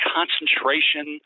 concentration